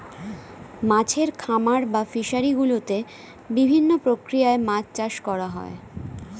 মাছের খামার বা ফিশারি গুলোতে বিভিন্ন প্রক্রিয়ায় মাছ চাষ করা হয়